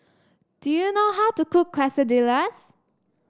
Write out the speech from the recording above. do you know how to cook Quesadillas